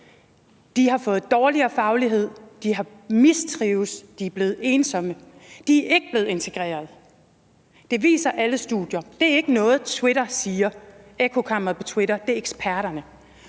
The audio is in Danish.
har fået dårligere faglighed, de mistrives, og de er blevet ensomme. De er ikke blevet integreret. Det viser alle studier. Det er ikke noget, Twitter, ekkokammeret på Twitter, siger;